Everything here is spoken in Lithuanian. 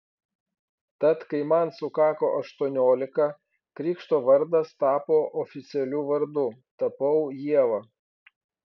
tad kai man sukako aštuoniolika krikšto vardas tapo oficialiu vardu tapau ieva